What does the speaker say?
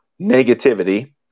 negativity